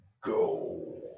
go